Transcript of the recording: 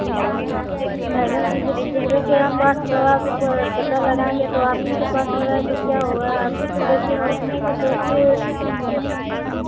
madam ji जब दूसरे के यहाँ पाँच पता लगाएँगे तो आप ही के पास लगाए तो क्या हुआ आप ही तो देते हो उतने में जो कि